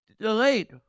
delayed